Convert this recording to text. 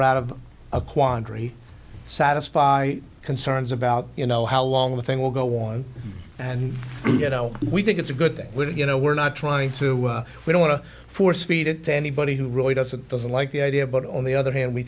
er out of a quandary satisfy concerns about you know how long the thing will go on and get out we think it's a good thing wouldn't you know we're not trying to we don't want to force feed it to anybody who really doesn't doesn't like the idea but on the other hand we